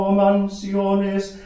mansiones